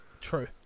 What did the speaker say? True